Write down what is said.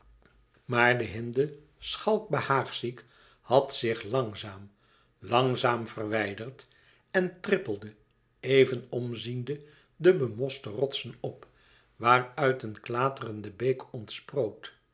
maar de hinde schalk behaagziek had zich langzaam langzaam verwijderd en trippelde even om ziende de bemoste rotsen op waar uit een